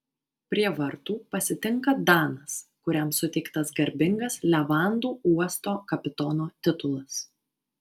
prie vartų pasitinka danas kuriam suteiktas garbingas levandų uosto kapitono titulas